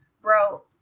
Bro